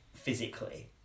physically